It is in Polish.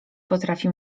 potrafi